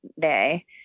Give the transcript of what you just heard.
day